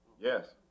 Yes